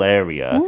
area